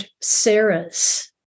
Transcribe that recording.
Sarahs